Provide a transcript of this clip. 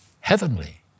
heavenly